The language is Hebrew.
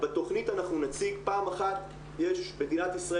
בתכנית אנחנו נציג פעם אחת מדינת ישראל